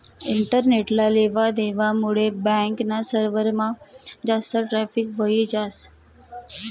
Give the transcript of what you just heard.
इंटरनेटना लेवा देवा मुडे बॅक ना सर्वरमा जास्त ट्रॅफिक व्हयी जास